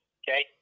okay